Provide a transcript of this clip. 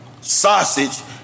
sausage